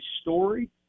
story